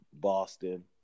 boston